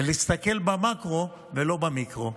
להסתכל במקרו ולא במיקרו.